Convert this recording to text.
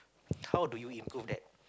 how do you improve that